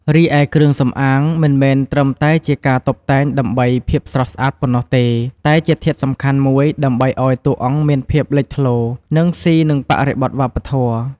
រីឯគ្រឿងសំអាង មិនមែនត្រឹមតែជាការតុបតែងដើម្បីភាពស្រស់ស្អាតប៉ុណ្ណោះទេ តែជាធាតុសំខាន់មួយ ដើម្បីឲ្យតួអង្គមានភាពលេចធ្លោ និងស៊ីនឹងបរិបទវប្បធម៌។